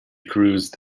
cruised